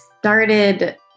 Started